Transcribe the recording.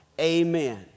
Amen